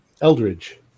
Eldridge